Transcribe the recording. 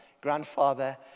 grandfather